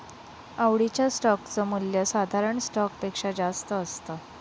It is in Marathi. आवडीच्या स्टोक च मूल्य साधारण स्टॉक पेक्षा जास्त असत